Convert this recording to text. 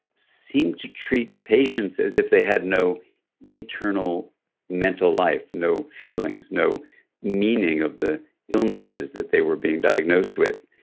seemed to treat patients as if they had no internal mental life, no feelings, no meaning of the illnesses that they were being diagnosed with.